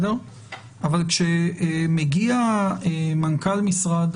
אבל כשמגיע מנכ"ל משרד